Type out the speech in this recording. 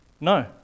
No